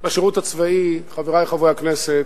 בשירות הצבאי, חברי חברי הכנסת,